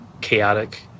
chaotic